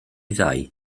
ddau